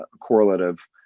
correlative